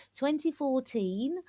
2014